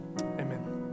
amen